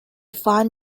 found